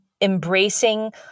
embracing